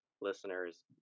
listeners